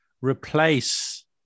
replace